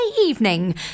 evening